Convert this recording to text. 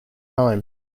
time